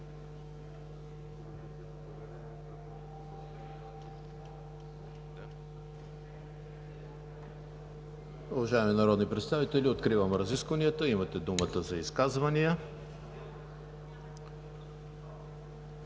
Уважаеми народни представители, откривам разискванията. Имате думата за изказвания.